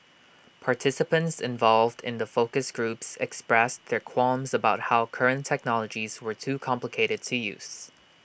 participants involved in the focus groups expressed their qualms about how current technologies were too complicated to use